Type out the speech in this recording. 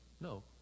No